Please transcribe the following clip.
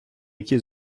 які